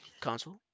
console